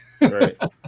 Right